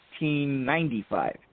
1995